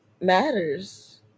matters